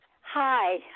hi